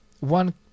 One